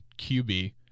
QB